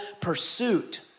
pursuit